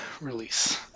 release